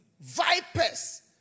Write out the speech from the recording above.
vipers